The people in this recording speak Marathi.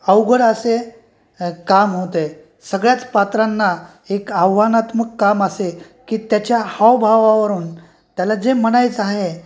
अवघड असे काम होते सगळ्याच पात्रांना एक आव्हानात्मक काम असे की त्याच्या हावभावावरून त्याला जे म्हणायचं आहे